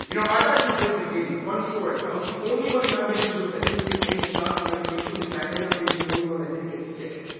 you know, i've actually been to haiti. funny story i was the only one in my mission group that didn't take any shots or medications and i ended up being the only one that didn't get sick.